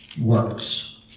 works